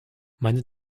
meine